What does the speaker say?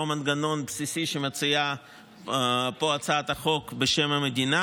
לא המנגנון הבסיסי שמציעה פה הצעת החוק בשם המדינה.